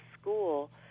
school